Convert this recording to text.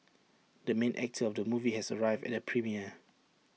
the main actor of the movie has arrived at the premiere